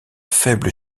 faible